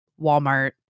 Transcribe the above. Walmart